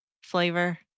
flavor